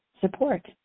support